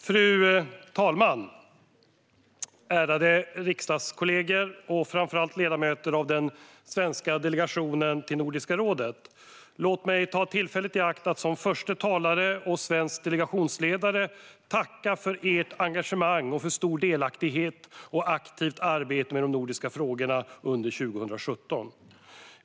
Fru talman! Ärade riksdagskollegor och framför allt ledamöter av den svenska delegationen till Nordiska rådet! Låt mig ta tillfället i akt att som förste talare och svensk delegationsledare tacka för ert engagemang, för stor delaktighet och aktivt arbete med de nordiska frågorna under 2017.